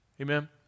Amen